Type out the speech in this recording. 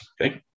okay